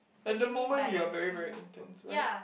at the moment you are very very intense very